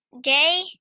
day